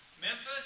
Memphis